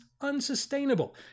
unsustainable